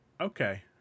Okay